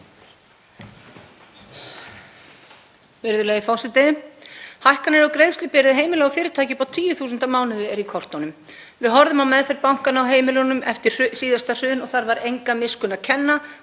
Hækkanir á greiðslubyrði heimila og fyrirtækja upp á tugi þúsunda á mánuði eru í kortunum. Við horfðum á meðferð bankanna á heimilunum eftir síðasta hrun og þar var enga miskunn að finna.